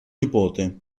nipote